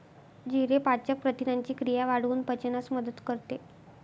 जिरे पाचक प्रथिनांची क्रिया वाढवून पचनास मदत करते